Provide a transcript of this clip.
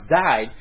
died